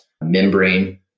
membrane